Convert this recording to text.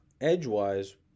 Edge-wise